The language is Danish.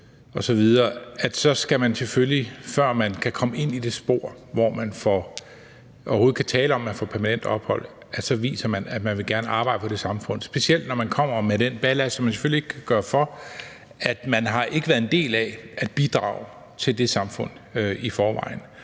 – så selvfølgelig, før man kan komme ind i det spor, hvor man overhovedet kan tale om at få permanent ophold, skal vise, at man gerne vil arbejde for det samfund. Specielt når man kommer med den ballast, som man selvfølgelig ikke kan gøre for, nemlig at man ikke har været en del af at bidrage til det samfund i forvejen,